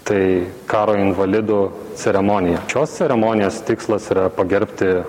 tai karo invalidų ceremonija šios ceremonijos tikslas yra pagerbti